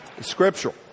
scriptural